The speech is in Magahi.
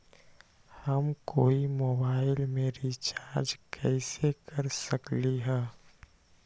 हम कोई मोबाईल में रिचार्ज कईसे कर सकली ह?